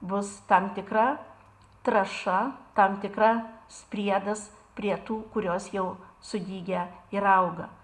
bus tam tikra trąša tam tikra priedas prie tų kurios jau sudygę ir auga